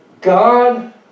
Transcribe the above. God